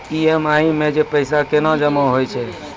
EMI मे जे पैसा केना जमा होय छै?